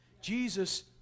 Jesus